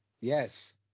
Yes